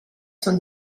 sont